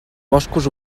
boscos